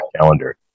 calendar